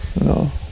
No